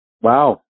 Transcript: wow